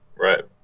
Right